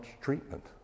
treatment